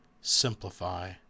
simplify